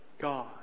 God